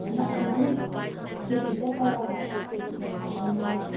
ꯑꯥꯂꯨꯗꯤ ꯀꯦꯖꯤꯗ ꯀꯌꯥ ꯁꯥꯗꯣꯏꯅꯣ